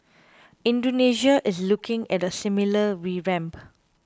Indonesia is looking at a similar revamp